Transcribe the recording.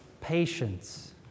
patience